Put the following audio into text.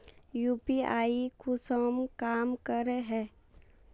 UPI कुंसम काम करे है?